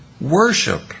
worship